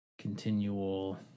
continual